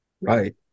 Right